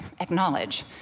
acknowledge